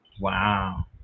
Wow